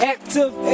Active